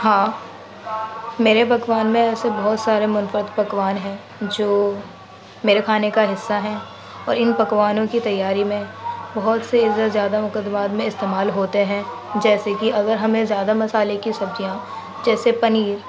ہاں میرے پکوان میں ایسے بہت سارے منفرد پکوان ہیں جو میرے کھانے کا حصہ ہیں اور ان پکوانوں کی تیاری میں بہت سے اجزا زیادہ مقدار میں استعمال ہوتے ہیں جیسے کہ اگر ہمیں زیادہ مسالے کی سبزیاں جیسے پنیر